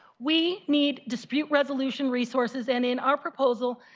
we need dispute resolution resources in in our proposal,